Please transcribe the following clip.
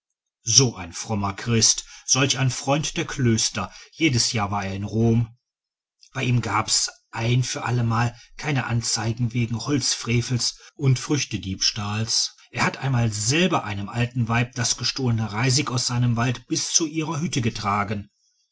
so ein frommer christ solch ein freund der klöster jedes jahr war er in rom bei ihm gab's ein für allemal keine anzeigen wegen holzfrevels und früchtediebstahls er hat einmal selber einem alten weiblein das gestohlene reisig aus seinem wald bis zu ihrer hütte getragen